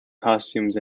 costumes